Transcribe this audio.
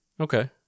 Okay